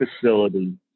facility